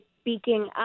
speaking